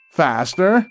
faster